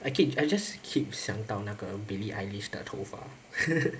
I keep I just keep 想到那个 billie eilish 的头发